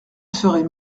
seraient